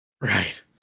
Right